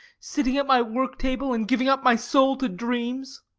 sitting at my worktable, and giving up my soul to dreams.